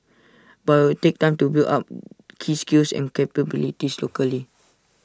but IT will take time to build up key skills and capabilities locally